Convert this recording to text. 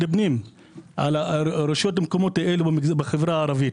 הפנים על הרשויות המקומיות בחברה הערבית.